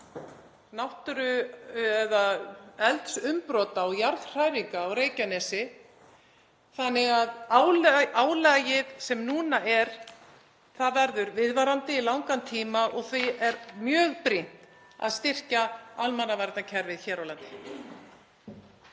tíma eldsumbrota og jarðhræringa á Reykjanesi þannig að álagið sem núna er verður viðvarandi í langan tíma. Því er mjög brýnt að styrkja almannavarnakerfið hér á landi.